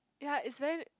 ya it's very